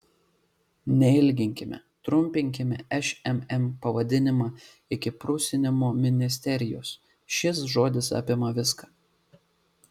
neilginkime trumpinkime šmm pavadinimą iki prusinimo ministerijos šis žodis apima viską